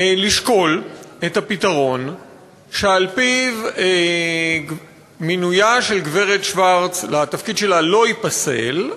לשקול את הפתרון שעל-פיו מינויה של הגברת שוורץ לתפקיד לא ייפסל,